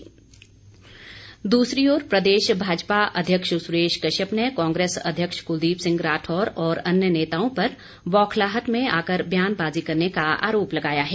सुरेश कश्यप दूसरी ओर प्रदेश भाजपा अध्यक्ष सुरेश कश्यप ने कांग्रेस अध्यक्ष कुलदीप सिंह राठौर और अन्य नेताओं पर बौखलाहट में आकर बयानबाजी करने का आरोप लगाया है